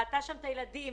כשהיא ראתה את 17 הילדים